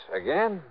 again